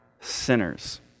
sinners